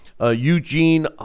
Eugene